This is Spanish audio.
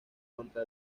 contra